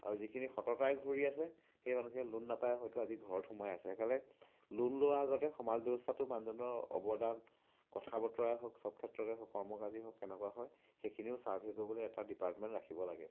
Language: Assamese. আৰু যিখিনি সততাৰে ঘূৰি আছে সেই মানুহখিনিয়ে লোন নাপায় হয়তো আজি ঘৰত সোমাই আছে সেইকাৰণে লোন লোৱাৰ আগতে সমাজ ব্যৱস্থাটো মানুহজনৰ অৱদান কথা বতৰাই হওক চব ক্ষেত্ৰতে হওক কৰ্ম কাজীয়ে হওক কেনেকুৱা হয় সেইখিনও চাৰ্ভে কৰিবলৈ এটা ডিপাৰ্টমেণ্ট ৰাখিব লাগে